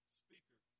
speaker